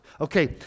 Okay